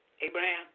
Abraham